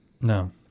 No